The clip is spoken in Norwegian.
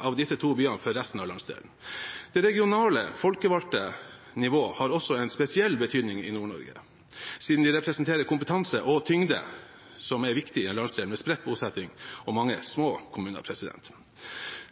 av disse to byene for resten av landsdelen. Det regionale folkevalgte nivå har også en spesiell betydning i Nord-Norge, siden de representerer kompetanse og tyngde som er viktig i en landsdel med spredt bosetting og mange små kommuner.